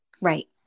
Right